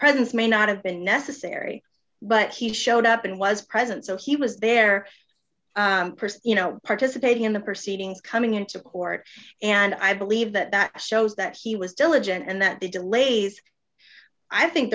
presence may not have been necessary but he showed up and was present so he was there you know participating in the proceedings coming into court and i believe that that shows that he was diligent and that the delays i think